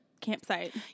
campsite